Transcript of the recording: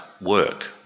work